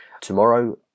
Tomorrow